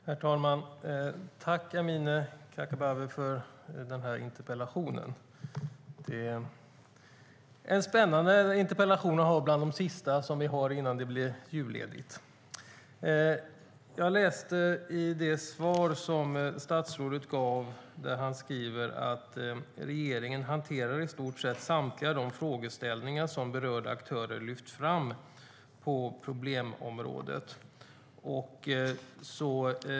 Herr talman! Tack, Amineh Kakabaveh, för den här interpellationen! Det är en spännande interpellation som en av de sista vi debatterar innan det blir julledigt. I det svar som statsrådet gav säger han att regeringen hanterar i stort sett samtliga de frågeställningar som berörda aktörer lyft fram som problemområden.